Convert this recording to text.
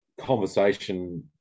conversation